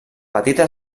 petita